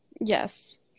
Yes